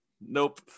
Nope